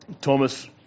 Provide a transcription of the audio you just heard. Thomas